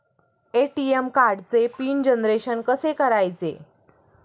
ATM कार्डचे PIN generation कसे करायचे?